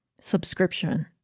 subscription